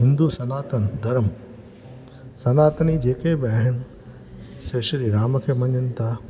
हिंदु सनातन धर्म सनातनी जेके बि आहिनि से श्री राम खे मञनि था